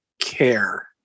care